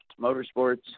Motorsports